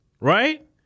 right